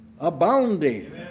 Abounding